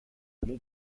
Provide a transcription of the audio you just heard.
mon